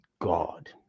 God